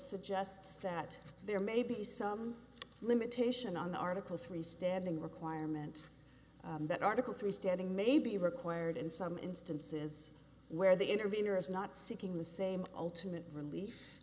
suggests that there may be some limitation on the article three standing requirement that article three standing may be required in some instances where the intervenor is not seeking the same ultimate relief